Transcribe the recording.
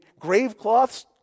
gravecloths